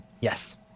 Yes